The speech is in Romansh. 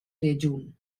regiun